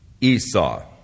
Esau